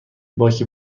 باک